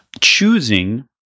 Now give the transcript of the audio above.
choosing